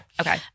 Okay